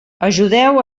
ajudeu